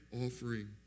offering